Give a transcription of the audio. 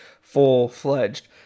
full-fledged